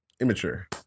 immature